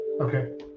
Okay